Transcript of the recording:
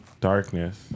Darkness